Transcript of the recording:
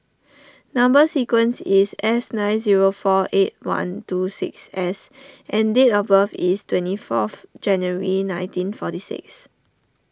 Number Sequence is S nine zero four eight one two six S and date of birth is twenty fourth January nineteen forty six